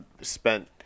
spent –